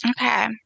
Okay